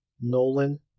Nolan